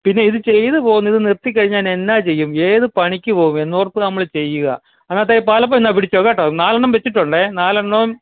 പിന്നെയിത് ചെയ്തു പോകുന്നത് നിർത്തിക്കഴിഞ്ഞാനെന്നാ ചെയ്യും ഏതു പണിക്കു പോകും എന്നോർത്ത് നമ്മൾ ചെയ്യുക ആട്ടെ പാലപ്പം ഇന്നാ പിടിച്ചോ കേട്ടോ നാലെണ്ണം വെച്ചിട്ടുണ്ടേ നാലെണ്ണവും